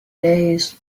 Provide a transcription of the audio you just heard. days